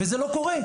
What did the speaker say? וזה לא קורה.